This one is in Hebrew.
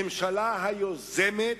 ממשלה היוזמת,